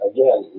Again